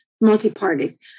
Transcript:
multi-parties